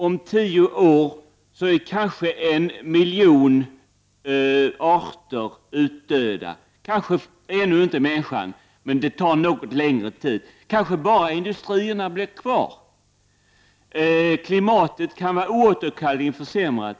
Om tio år är kanske en miljon arter utdöda, kanske ännu inte människan — det tar något längre tid. Kanske det bara blir industrierna kvar. Klimatet kan vara oåterkalleligt försämrat.